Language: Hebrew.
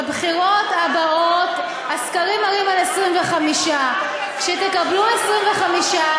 בבחירות הבאות הסקרים מראים על 25. כשתקבלו 25,